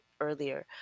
earlier